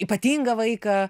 ypatingą vaiką